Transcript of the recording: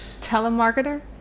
telemarketer